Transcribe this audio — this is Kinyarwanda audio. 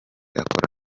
akora